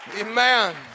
Amen